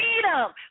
freedom